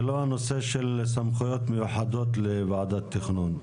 זה לא הנושא של סמכויות מיוחדות לוועדת תכנון.